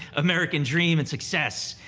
american dream and success.